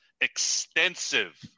extensive